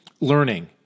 learning